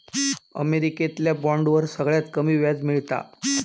अमेरिकेतल्या बॉन्डवर सगळ्यात कमी व्याज मिळता